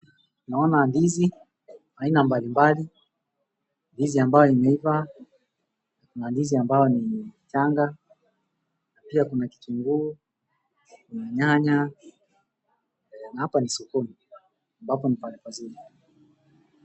Naona ndizi aina mbalimbali. Ndizi ambayo imeiva na ndizi ambayo ni changa pia kuna kitunguu, kuna nyanya na hapa ni sokoni ambapo ni mahali pazuri.